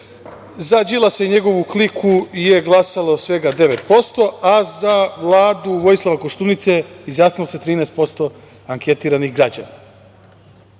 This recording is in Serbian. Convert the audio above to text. za Đilasa i njegovu kliku je glasalo svega 9%, a za Vladu Vojislava Koštunice izjasnilo se 13% anketiranih građana. Dolazimo